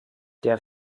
der